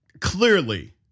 Clearly